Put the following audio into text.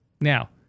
Now